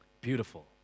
Beautiful